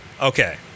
Okay